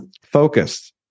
focused